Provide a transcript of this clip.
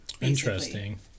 Interesting